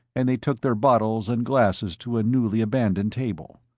and they took their bottles and glasses to a newly abandoned table.